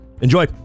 Enjoy